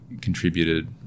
contributed